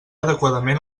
adequadament